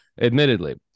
admittedly